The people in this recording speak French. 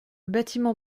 bâtiment